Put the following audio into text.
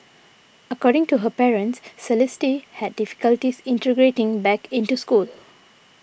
according to her parents Celeste had difficulties integrating back into school